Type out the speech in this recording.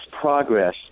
progress